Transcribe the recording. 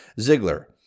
Ziegler